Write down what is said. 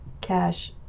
cash